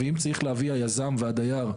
ואם צריכים להביא היזם והדייר,